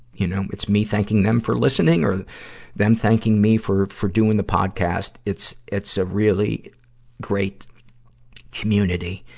you know, it's me thanking them for listening, or them thanking me for, for doing the podcast. it's, it's a really great community,